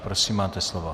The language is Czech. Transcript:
Prosím, máte slovo.